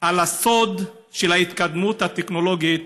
על הסוד של ההתקדמות הטכנולוגית